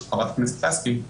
של חברת הכנסת לסקי,